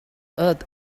earth